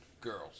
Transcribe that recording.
girls